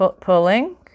Pulling